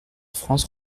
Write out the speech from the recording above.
france